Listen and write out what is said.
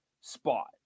spot